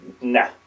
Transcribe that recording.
Nah